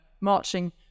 marching